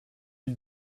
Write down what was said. ils